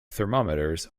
thermometers